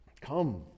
come